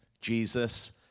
Jesus